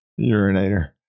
Urinator